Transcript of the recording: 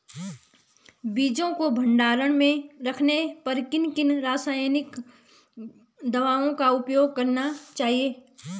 बीजों को भंडारण में रखने पर किन किन रासायनिक दावों का उपयोग करना चाहिए?